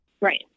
Right